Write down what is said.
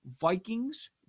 Vikings